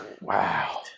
Wow